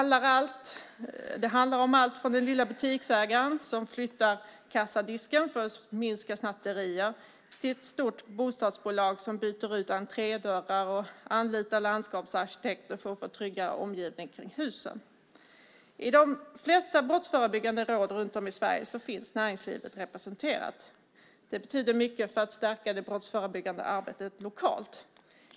Det handlar om allt från den lilla butiksägaren som flyttar kassadisken för att minska snatterier till ett stort bostadsbolag som byter ut entrédörrar och anlitar landskapsarkitekter för att få en tryggare omgivning kring husen. I de flesta brottsförebyggande råd runt om i Sverige finns näringslivet representerat. Det betyder mycket för att stärka det brottsförebyggande arbetet lokalt.